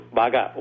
baga